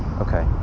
Okay